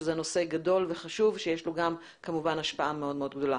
שזה נושא גדול וחשוב שיש לו כמובן השפעה מאוד מאוד גדולה.